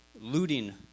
looting